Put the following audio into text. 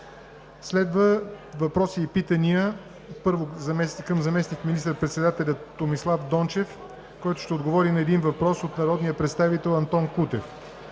Следват въпроси и питания: 1. Заместник министър-председателят Томислав Дончев ще отговори на един въпрос от народния представител Антон Кутев.